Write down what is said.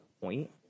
point